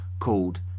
Called